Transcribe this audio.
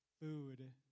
food